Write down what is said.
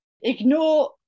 ignore